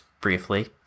briefly